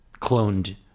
cloned